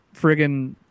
friggin